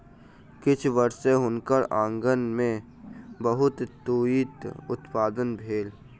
किछ वर्ष सॅ हुनकर आँगन में बहुत तूईत उत्पादन भेल